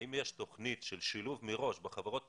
האם יש תוכנית שילוב מראש בחברות טכנולוגיות.